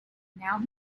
now